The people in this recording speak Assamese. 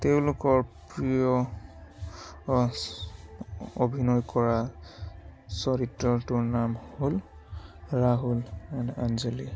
তেওঁলোকৰ প্ৰিয় অভিনয় কৰা চৰিত্ৰটোৰ নাম হ'ল ৰাহুল এণ্ড অঞ্জলি